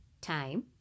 time